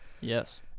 Yes